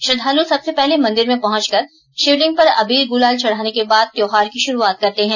श्रद्वालु सबसे पहले मंदिर में पहुंच कर शिवलिंग पर अबीर गुलाल चढ़ाने के बाद त्योहार की शुरुआत करते हैं